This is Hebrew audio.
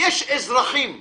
יש אזרחים "שְלוּשים",